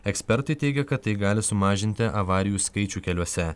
ekspertai teigia kad tai gali sumažinti avarijų skaičių keliuose